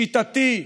שיטתי,